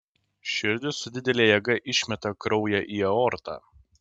širdis su didele jėga išmeta kraują į aortą